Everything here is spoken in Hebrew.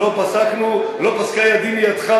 לא פסקה ידי מידך,